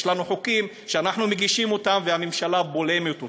אנחנו מגישים חוקים, והממשלה בולמת אותם.